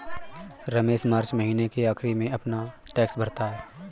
Ramesh March महीने के आखिरी में अपना टैक्स भरता है